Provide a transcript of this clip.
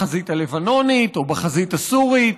בחזית הלבנונית או בחזית הסורית.